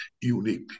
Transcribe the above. unique